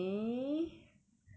I'm very sure that